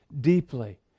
deeply